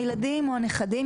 הילדים או הנכדים,